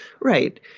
Right